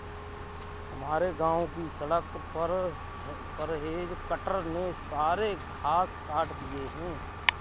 हमारे गांव की सड़क पर हेज कटर ने सारे घास काट दिए हैं